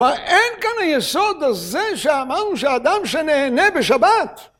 ואין כאן היסוד הזה שאמרנו שהאדם שנהנה בשבת.